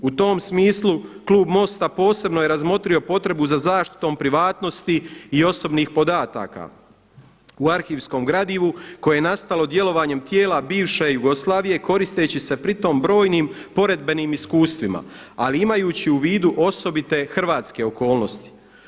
U tom smislu klub MOST-a posebno je razmotrio potrebu za zaštitom privatnosti i osobnih podataka u arhivskom gradivu koje je nastalo djelovanjem tijela bivše Jugoslavije koristeći će pri tome brojnim poredbenim iskustvima ali imajući u vidu osobite hrvatske okolnosti.